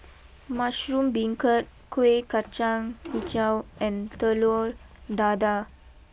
Mushroom Beancurd Kueh Kacang Hijau and Telur Dadah